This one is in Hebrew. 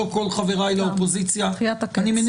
נודיע על מועד להגשת הסתייגויות ככל שהאופוזיציה תבחר לעשות זאת,